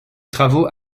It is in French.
travaux